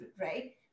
right